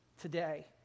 today